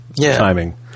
timing